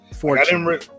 fortune